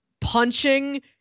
punching